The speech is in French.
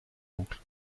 oncle